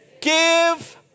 give